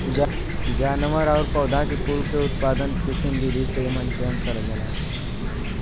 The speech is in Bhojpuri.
जानवर आउर पौधा कुल के उत्पादन खातिर कृत्रिम विधि से एमन चयन करल जाला